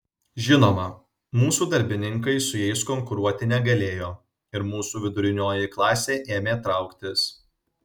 žinoma mūsų darbininkai su jais konkuruoti negalėjo ir mūsų vidurinioji klasė ėmė trauktis